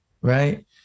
Right